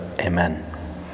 Amen